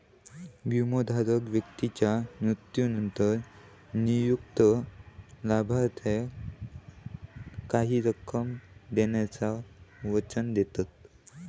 विमोधारक व्यक्तीच्या मृत्यूनंतर नियुक्त लाभार्थाक काही रक्कम देण्याचा वचन देतत